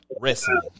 Wrestling